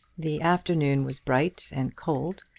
the afternoon was bright and cold,